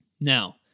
Now